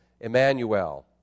Emmanuel